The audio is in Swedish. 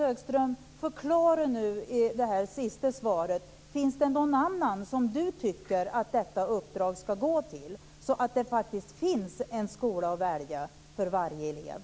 Förklara nu, Tomas Högström, i den sista repliken om det finns någon annan som ni tycker att detta uppdrag ska gå till så att det faktiskt finns en skola att välja för varje elev!